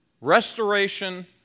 restoration